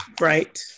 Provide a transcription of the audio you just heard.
right